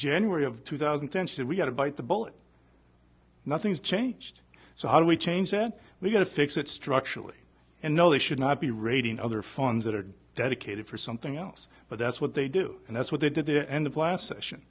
january of two thousand and ten should we have to bite the bullet nothing's changed so how do we change that we've got to fix it structurally and no they should not be raiding other funds that are dedicated for something else but that's what they do and that's what they did the end of last session